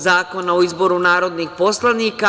Zakona o izboru narodnih poslanika.